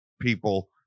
people